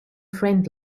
friend